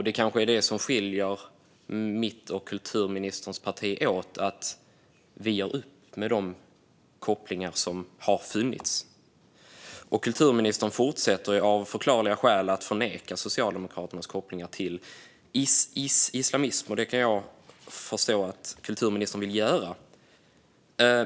Det kanske är det som skiljer mitt och kulturministerns parti åt, att vi gör upp med de kopplingar som har funnits. Kulturministern fortsätter av förklarliga skäl att förneka Socialdemokraternas kopplingar till islamism, och det kan jag förstå att kulturministern vill göra.